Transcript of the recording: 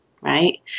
right